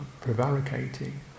prevaricating